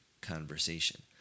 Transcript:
conversation